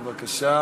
בבקשה.